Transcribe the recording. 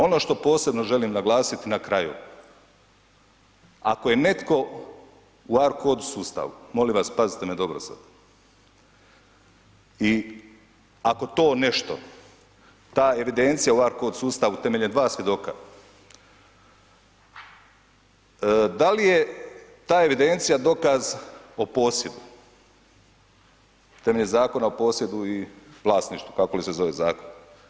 Ono što posebno želim naglasiti na kraju, ako je netko u ARKOD sustavu, molim pazite me dobro sad, i ako to nešto ta evidencija u ARKOD sustavu temeljem dva svjedoka, da li je ta evidencija dokaz o posjedu temeljem Zakona o posjedu i vlasništvu, kako li se zove zakon?